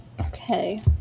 Okay